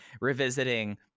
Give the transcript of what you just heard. revisiting